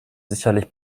sicherlich